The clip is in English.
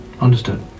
Understood